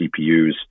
CPUs